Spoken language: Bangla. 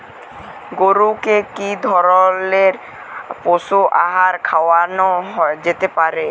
গরু কে কি ধরনের পশু আহার খাওয়ানো যেতে পারে?